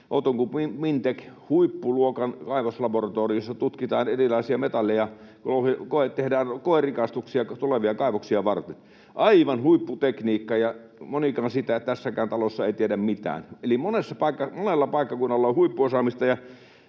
on Mintec, huippuluokan kaivoslaboratorio, jossa tutkitaan erilaisia metalleja ja tehdään koerikastuksia tulevia kaivoksia varten — aivan huipputekniikkaa, ja monikaan siitä tässäkään talossa ei tiedä mitään. Eli monella paikkakunnalla on huippuosaamista,